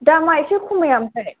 दामा ऐसे खमाया ओमफ्राय